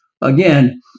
again